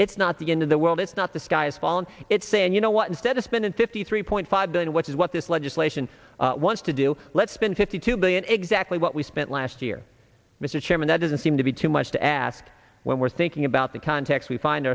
it's not the end of the world it's not the sky is falling it's saying you know what instead of spending fifty three point five billion which is what this legislation wants to do let's spend fifty two billion exactly what we spent last year mr chairman that doesn't seem to be too much to ask when we're thinking about the context we find